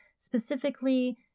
specifically